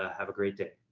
ah have a great day.